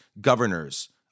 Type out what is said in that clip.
governors